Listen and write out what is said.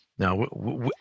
Now